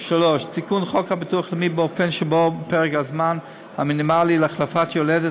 3. תיקון חוק הביטוח הלאומי באופן שבו פרק הזמן המינימלי להחלפת יולדת